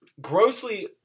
grossly